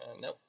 Nope